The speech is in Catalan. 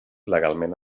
legalment